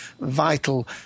vital